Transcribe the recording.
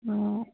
অঁ